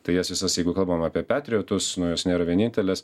tai jas visas jeigu kalbam apie petrijotus nu jos nėra vienintelės